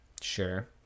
Sure